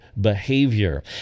behavior